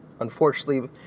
unfortunately